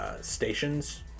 Stations